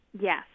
Yes